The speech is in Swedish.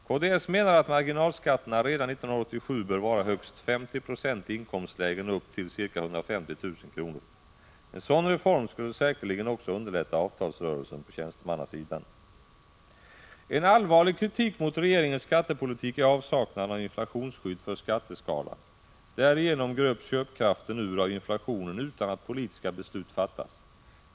Kds menar att marginalskatterna redan 1987 bör vara högst 50 90 i inkomstlägen upp till ca 150 000 kr. En sådan reform skulle säkerligen också underlätta avtalsrörelsen på tjänstemannasidan. — En allvarlig kritik mot regeringens skattepolitik gäller avsaknaden av inflationsskydd för skatteskalan. Därigenom gröps köpkraften ur av inflationen utan att politiska beslut fattats.